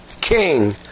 king